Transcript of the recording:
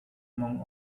among